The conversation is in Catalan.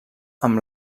amb